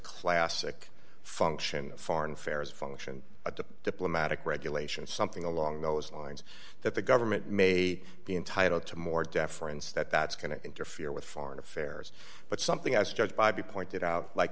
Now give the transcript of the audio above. classic function foreign affairs function a diplomatic regulation something along those lines that the government may be entitled to more deference that that's going to interfere with foreign affairs but something as judged by be pointed out like